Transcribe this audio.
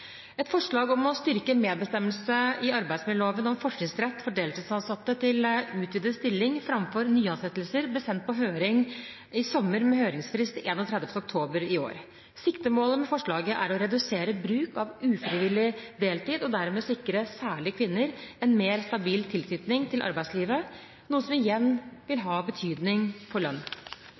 Et forslag om å styrke bestemmelsen i arbeidsmiljøloven om fortrinnsrett for deltidsansatte til utvidet stilling framfor nyansettelser ble sendt på høring i sommer, med høringsfrist 31. oktober i år. Siktemålet med forslaget er å redusere bruk av ufrivillig deltid og dermed sikre særlig kvinner en mer stabil tilknytning til arbeidslivet – noe som igjen vil ha betydning for lønn.